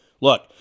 Look